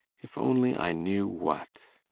if only i knew what!